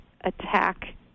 attack